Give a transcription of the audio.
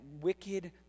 wicked